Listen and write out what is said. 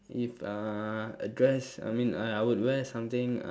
if uh a dress I mean I I would wear something